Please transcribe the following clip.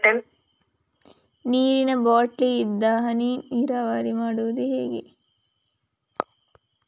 ನೀರಿನಾ ಬಾಟ್ಲಿ ಇಂದ ಹನಿ ನೀರಾವರಿ ಮಾಡುದು ಹೇಗೆ?